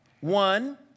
One